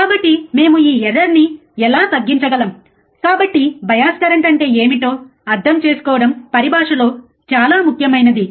కాబట్టి మేము ఈ ఎర్రర్ ని ఎలా తగ్గించగలం కాబట్టి బయాస్ కరెంట్ అంటే ఏమిటో అర్థం చేసుకోవడం పరిభాషలో చాలా ముఖ్యమైనది